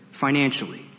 financially